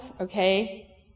okay